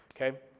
Okay